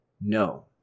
no